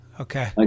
Okay